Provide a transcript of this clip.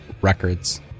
Records